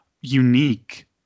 unique